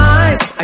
eyes